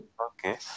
Okay